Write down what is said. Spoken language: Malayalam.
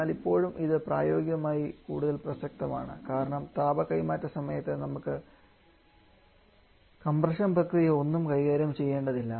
എന്നാൽ ഇപ്പോഴും ഇത് പ്രായോഗികമായി കൂടുതൽ പ്രസക്തമാണ് കാരണം താപ കൈമാറ്റം സമയത്ത് നമുക്ക് കംപ്രഷൻ പ്രക്രിയ ഒന്നും കൈകാര്യം ചെയ്യേണ്ടതില്ല